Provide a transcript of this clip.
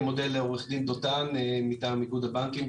אני מודה לעו"ד דותן מטעם איגוד הבנקים,